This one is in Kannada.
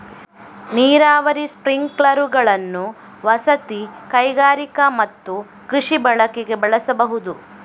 ನೀರಾವರಿ ಸ್ಪ್ರಿಂಕ್ಲರುಗಳನ್ನು ವಸತಿ, ಕೈಗಾರಿಕಾ ಮತ್ತು ಕೃಷಿ ಬಳಕೆಗೆ ಬಳಸಬಹುದು